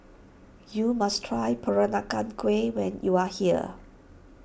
you must try Peranakan Kueh when you are here